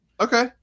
Okay